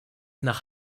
nach